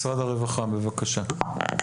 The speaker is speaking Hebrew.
משרד הרווחה, בבקשה.